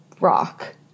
rock